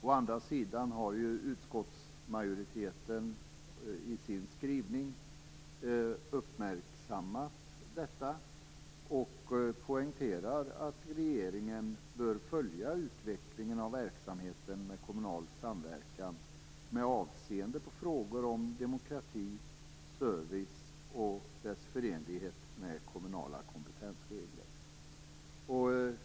Å andra sidan har utskottsmajoriteten i sin skrivning uppmärksammat detta och poängterar att regeringen bör följa utvecklingen av kommunal samverkan med avseende på frågor om demokrati och service och dess förenlighet med kommunala kompetensregler.